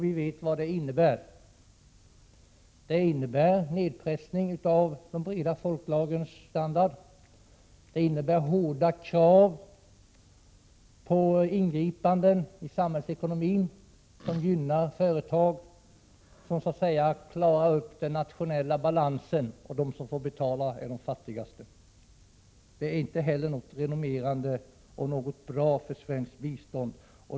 Vi vet vad det innebär: en nedpressning av de breda folklagrens standard och hårda krav på ingripanden i samhällsekonomin, vilka gynnar företag som kan bidra till att klara den nationella balansen. De som får betala är de fattigaste. Inte heller detta är bra eller renommerande för svenskt bistånd.